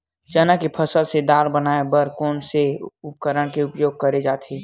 चना के फसल से दाल बनाये बर कोन से उपकरण के उपयोग करे जाथे?